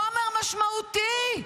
חומר משמעותי,